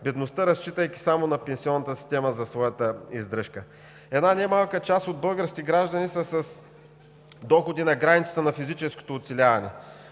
бедността, разчитайки само на пенсионната система за своята издръжка. Една не малка част от българските граждани са с доходи на границата на физическото оцеляване.